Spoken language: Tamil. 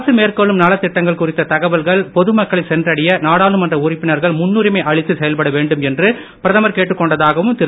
அரசு மேற்கொள்ளும் நலத்திட்டங்கள் குறித்த தகவல்கள் பொதுமக்களை சென்றடைய நாடாளுமன்ற உறுப்பினர்கள் முன்னுரிமை அளித்து செயல்பட வேண்டும் என்று பிரதமர் கேட்டுக்கொண்டதாகவும் திரு